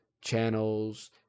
channels